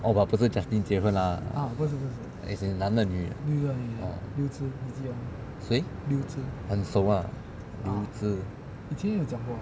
oh but 不是 justin 结婚 lah as in 男的女的谁很熟 ah liu zi